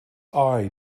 eye